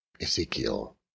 ezekiel